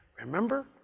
Remember